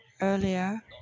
earlier